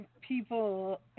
people